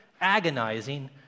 agonizing